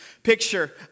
Picture